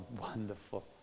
wonderful